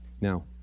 Now